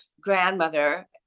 grandmother